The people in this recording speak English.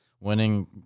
winning